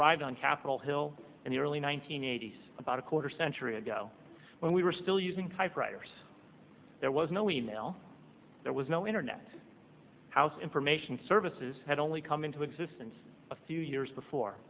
arrived on capitol hill in the early one nine hundred eighty s about a quarter century ago when we were still using typewriters there was no email there was no internet house information services had only come into existence a few years before